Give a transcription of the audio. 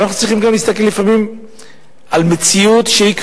אבל אנחנו צריכים גם להסתכל לפעמים על מציאות שהיא,